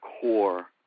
core